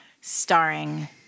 starring